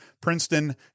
Princeton